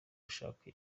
yashaka